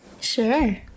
Sure